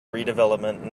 redevelopment